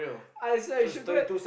I swear you should go and